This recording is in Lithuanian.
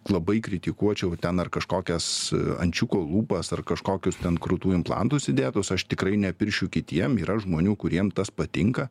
labai kritikuočiau ten ar kažkokias ančiuko lūpas ar kažkokius ten krūtų implantus įdėtus aš tikrai nepiršiu kitiem yra žmonių kuriem tas patinka